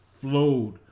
flowed